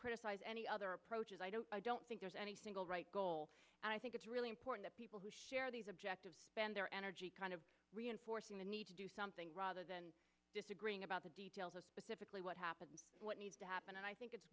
criticize any other approach is i don't i don't think there's any single right goal i think it's really important that people who share these objectives spend their energy kind of reinforcing the need to do something rather than disagreeing about the details of specifically what happened what needs to happen and i think it's